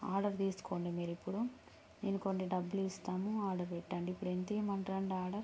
order తీసుకోండి మీరు ఇప్పుడు నేను కొన్ని డబ్బులు ఇస్తాను ఆర్డర్ పెట్టండి ఇప్పుడు ఎంత ఇమ్మంటారు అండీ ఆర్డర్